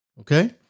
Okay